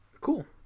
Cool